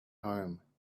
home